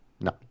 No